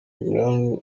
imran